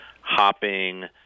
hopping